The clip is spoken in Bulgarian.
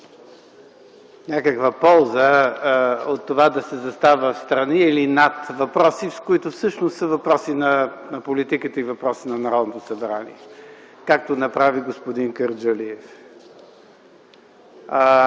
някаква полза от това да се застава встрани или над въпроси, които всъщност са въпроси на политиката и въпрос на Народното събрание, както направи господин Кърджалиев.